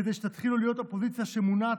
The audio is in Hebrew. כדי שתתחילו להיות אופוזיציה שמונעת